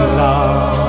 love